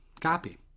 Copy